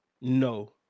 No